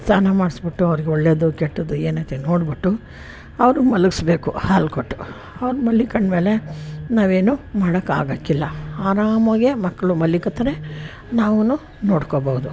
ಸ್ನಾನ ಮಾಡಿಸ್ಬಿಟ್ಟು ಅವ್ರಿಗೆ ಒಳ್ಳೆಯದು ಕೆಟ್ಟದ್ದು ಏನೈತೆ ನೋಡಿಬಿಟ್ಟು ಅವ್ರನ್ನ ಮಲಗಿಸ್ಬೇಕು ಹಾಲು ಕೊಟ್ಟು ಅವ್ರನ್ನ ಮಲಿಕೊಂಡ್ಮೇಲೆ ನಾವೇನು ಮಾಡೋಕ್ಕಾಗಕ್ಕಿಲ್ಲ ಆರಾಮವಾಗೆ ಮಕ್ಕಳು ಮಲಿಕೋತಾರೆ ನಾವು ನೋಡ್ಕೋಬೋದು